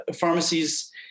pharmacies